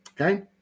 okay